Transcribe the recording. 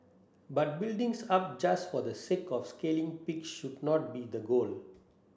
but buildings up just for the sake of scaling peak should not be the goal